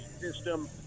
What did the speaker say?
system